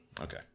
Okay